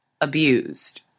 Abused